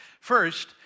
First